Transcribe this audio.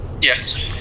Yes